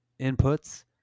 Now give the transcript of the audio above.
inputs